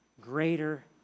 greater